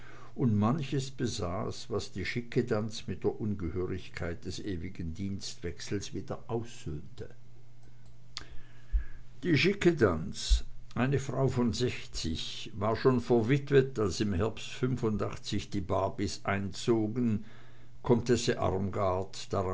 und manches besaß was die schickedanz mit der ungehörigkeit des ewigen dienstwechsels wieder aussöhnte die schickedanz eine frau von sechzig war schon verwitwet als im herbst fünfundachtzig die barbys einzogen comtesse armgard